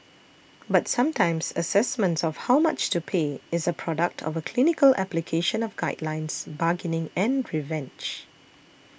but sometimes assessments of how much to pay is a product of a clinical application of guidelines bargaining and revenge